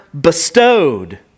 bestowed